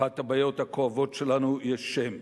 "לאחת הבעיות הכואבות שלנו יש שם,